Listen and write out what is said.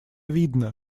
видно